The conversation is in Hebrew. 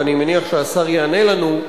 ואני מניח שהשר יענה לנו,